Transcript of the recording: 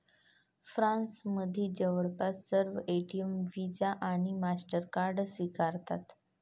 फ्रान्समधील जवळपास सर्व एटीएम व्हिसा आणि मास्टरकार्ड स्वीकारतात